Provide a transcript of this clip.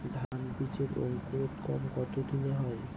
ধান বীজের অঙ্কুরোদগম কত দিনে হয়?